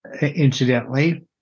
incidentally